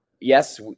yes